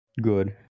good